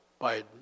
Biden